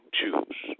choose